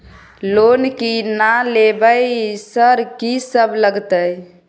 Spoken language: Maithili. लोन की ना लेबय सर कि सब लगतै?